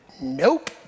Nope